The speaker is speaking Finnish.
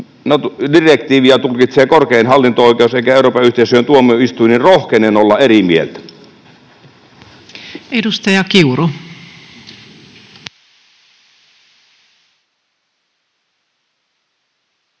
direktiiviä tulkitsee korkein hallinto-oikeus eikä Euroopan yhteisöjen tuomioistuin, niin rohkenen olla eri mieltä. Arvoisa puhemies!